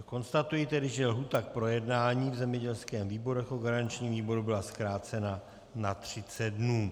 Konstatuji tedy, že lhůta k projednání v zemědělském výboru jako garančním výboru byla zkrácena na 30 dnů.